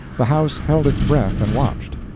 the house held its breath and watched.